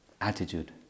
attitude